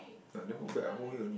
I never put back I hold here only